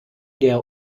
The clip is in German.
der